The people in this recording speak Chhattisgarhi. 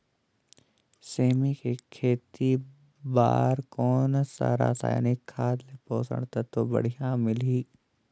सेमी के खेती बार कोन सा रसायनिक खाद ले पोषक तत्व बढ़िया मिलही?